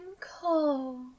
cold